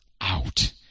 out